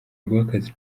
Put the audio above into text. rw’akazi